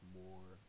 more